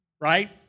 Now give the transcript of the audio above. right